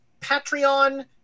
Patreon